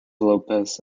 lopez